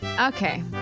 Okay